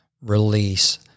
release